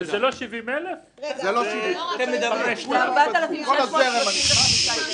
זה לא 70,000. זה 4,635 ילדים.